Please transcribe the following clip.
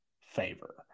favor